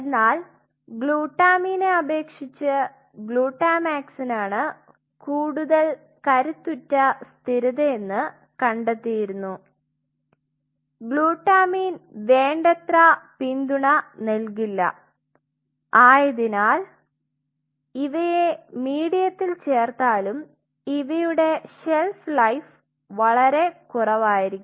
എന്നാൽ ഗ്ലുട്ടാമീനെ അപേക്ഷിച് ഗ്ലുട്ടാമാക്സിനാണ് കൂടുതൽ കരുത്തുറ്റ സ്ഥിരതയെന്നു കണ്ടെത്തിയിരുന്നു ഗ്ലുട്ടാമീൻ വേണ്ടത്ര പിന്തുണ നൽകില്ല ആയതിനാൽ ഇവയെ മീഡിയത്തിൽ ചേർത്താലും ഇവയുടെ ഷെൽഫ് ലൈഫ് വളരെ കുറവായിയ്ക്കും